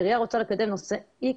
עירייה רוצה לקדם נושא X,